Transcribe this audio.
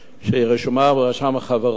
שרשומה ברשם החברות,